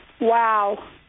Wow